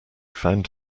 found